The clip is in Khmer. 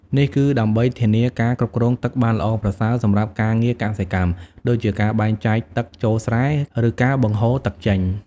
នេះគឺដើម្បីធានាការគ្រប់គ្រងទឹកបានល្អប្រសើរសម្រាប់ការងារកសិកម្ម ដូចជាការបែងចែកទឹកចូលស្រែ ឬការបង្ហូរទឹកចេញ។